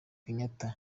kenyatta